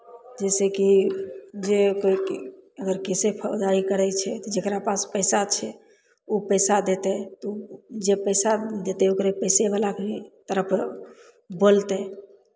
जैसेकि जे अगर कोइ केसे फौदारी करै छै तऽ जकरा पास पैसा छै ओ पैसा देतै तऽ जे पैसा देतै ओकरे पैसेवलाके लेल तरफ बोलतै